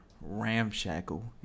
ramshackle